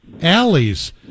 alleys